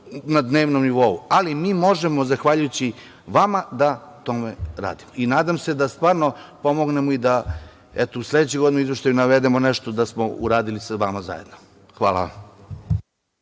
na dnevnom nivou, ali mi možemo zahvaljujući vama da na tome radimo. Nadam se da stvarno pomognemo i da eto u sledećoj godini u izveštaju navedemo nešto da smo uradili sa vama zajedno. Hvala.